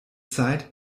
zeit